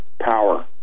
power